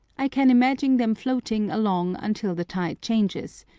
i can imagine them floating along until the tide changes,